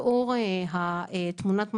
לאור תמונת המצב,